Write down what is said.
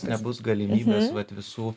nebus galimybės vat visų